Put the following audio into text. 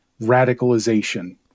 radicalization